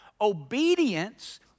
obedience